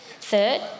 Third